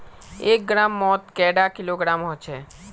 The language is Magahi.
एक ग्राम मौत कैडा किलोग्राम होचे?